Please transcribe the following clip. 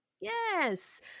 Yes